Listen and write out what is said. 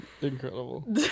Incredible